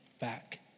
back